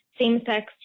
same-sex